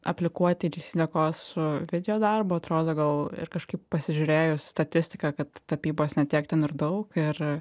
aplikuoti ir į sydekos videodarbą atrodo gal ir kažkaip pasižiūrėjus statistiką kad tapybos ne tiek ten daug ir